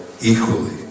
equally